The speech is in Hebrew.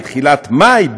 בתחילת מאי,